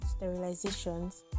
sterilizations